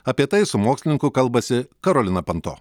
apie tai su mokslininku kalbasi karolina panto